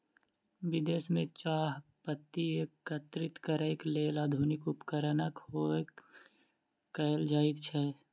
विदेश में चाह पत्ती एकत्रित करैक लेल आधुनिक उपकरणक उपयोग कयल जाइत अछि